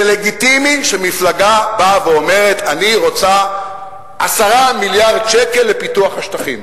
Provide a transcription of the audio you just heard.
זה לגיטימי שמפלגה באה ואומרת: אני רוצה 10 מיליארד שקל לפיתוח השטחים.